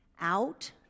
out